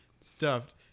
Stuffed